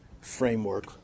framework